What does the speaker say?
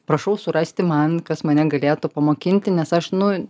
prašau surasti man kas mane galėtų pamokinti nes aš nu